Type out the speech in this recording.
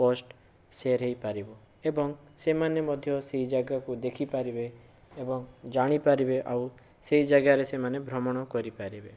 post share ହୋଇପାରିବ ଏବଂ ସେମାନେ ମଧ୍ୟ ସେହି ଯାଗାକୁ ଦେଖିପାରିବେ ଏବଂ ଜାଣିପାରିବେ ଆଉ ସେହି ଜାଗାରେ ସେମାନେ ଭ୍ରମଣ କରିପାରିବେ